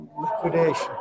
liquidation